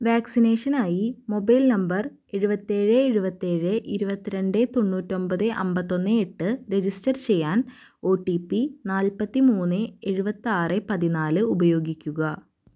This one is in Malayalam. വാക്സിനേഷനായി മൊബൈൽ നമ്പർ എഴുപത്തേഴ് എഴുപത്തേഴ് ഇരുപത്തിരണ്ട് തൊണ്ണൂറ്റൊൻമ്പത് അമ്പത്തൊന്ന് എട്ട് രജിസ്റ്റർ ചെയ്യാൻ ഒ ടി പി നാൽപത്തിമൂന്ന് എഴുപത്താറ് പതിനാല് ഉപയോഗിക്കുക